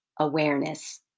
awareness